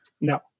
No